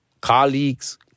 colleagues